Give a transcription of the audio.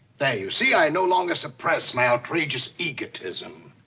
there. you see? i no longer suppress my outrageous egotism.